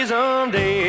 Someday